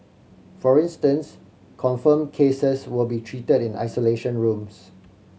for instance confirmed cases will be treated in isolation rooms